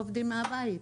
אנשים עובדים מהבית,